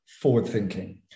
forward-thinking